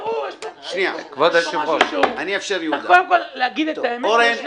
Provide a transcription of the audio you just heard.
אז קודם כול להגיד את האמת.